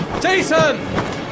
Jason